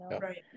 right